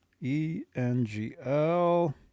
E-N-G-L